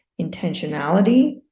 intentionality